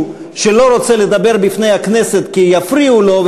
שלא רוצה לדבר בפני הכנסת כי יפריעו לו,